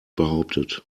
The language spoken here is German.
behauptet